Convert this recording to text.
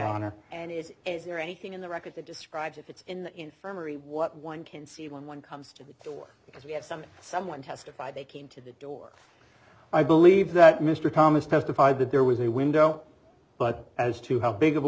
honor and is is there anything in the record that describes if it's in the infirmary what one can see when one comes to the door because we have something someone testified they came to the door i believe that mr thomas testified that there was a window but as to how big of a